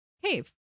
Cave